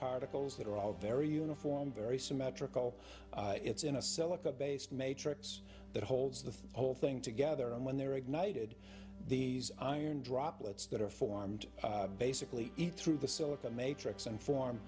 particles that are all very uniform very symmetrical it's in a silica based matrix that holds the whole thing together and when they're ignited these iron droplets that are formed basically eat through the silicon matrix and form